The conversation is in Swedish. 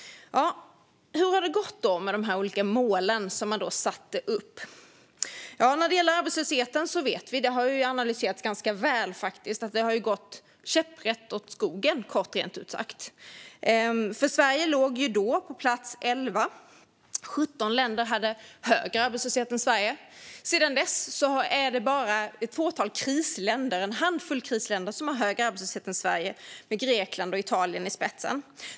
Hur har det gått med de här olika målen man satte upp? När det gäller arbetslösheten vet vi, och det har analyserats ganska väl. Det har rent ut sagt gått käpprätt åt skogen. Sverige låg först på plats 11, och 17 länder hade högre arbetslöshet än Sverige. Men sedan var det bara en handfull krisländer som hade högre arbetslöshet än Sverige, med Grekland och Italien i spetsen.